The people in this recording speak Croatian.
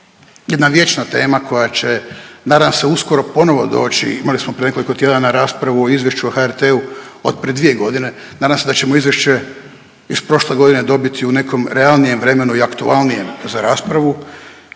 jedna vječna tema koja će nadam se uskoro ponovo doći, imali smo prije nekoliko tjedana raspravu o izvješću o HRT-u od prije dvije godine, nadam se da ćemo izvješće iz prošle godine dobiti u nekom realnijem vremenu i aktualnijem za raspravu.